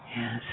Yes